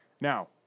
Now